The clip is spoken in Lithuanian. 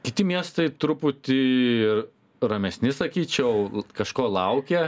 kiti miestai truputį ramesni sakyčiau kažko laukia